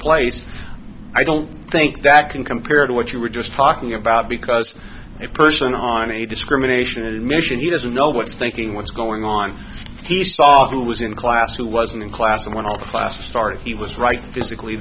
place i don't think that can compare to what you were just talking about because it person on a discrimination admission he doesn't know what's thinking what's going on he saw who was in class who wasn't in class and when all classes started he was right physically